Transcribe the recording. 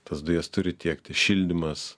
tas dujas turi tiekti šildymas